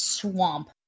swamp